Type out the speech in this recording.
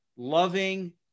Loving